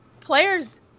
players